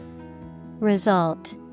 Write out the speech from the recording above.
Result